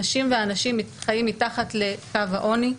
נשים ואנשים חיים מתחת לקו העוני.